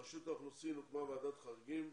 ברשות האוכלוסין הוקמה ועדת חריגים,